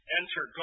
enter